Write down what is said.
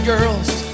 girls